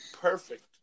perfect